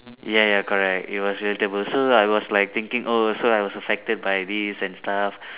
ya ya correct it was relatable so I was like thinking oh so I was affected by this and stuff